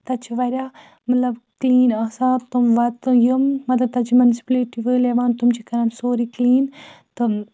تَتہِ چھِ واریاہ مطلب کٕلیٖن آسان تِم وَتہٕ یِم مطلب تَتہِ چھِ مُنسِپلٹی وٲلۍ یِوان تِم چھِ کَران سورُے کٕلیٖن تہٕ